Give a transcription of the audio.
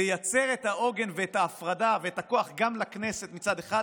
תייצר את העוגן ואת ההפרדה ואת הכוח גם לכנסת מצד אחד